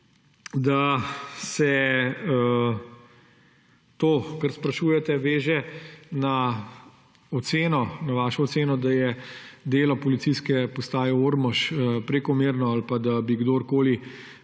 da se to, kar sprašujete, veže na vašo oceno, da je delo Policijske postaje Ormož prekomerno ali pa da bi kdorkoli